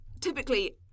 Typically